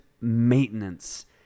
maintenance